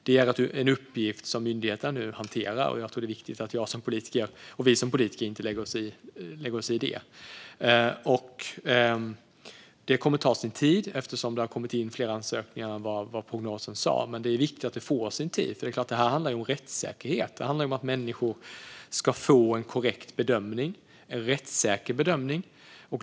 Det är en uppgift som myndigheterna nu hanterar, och jag tror att det är viktigt att vi politiker inte lägger oss i det. Det kommer att ta sin tid, eftersom det har kommit in fler ansökningar än vad prognosen sa. Det här handlar om att människor ska få en korrekt och rättssäker bedömning.